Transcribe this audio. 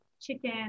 chicken